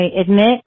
admit